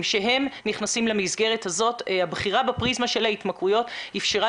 שנכנסים למסגרת הזאת הבחירה בפריזמה של ההתמכרויות אפשרה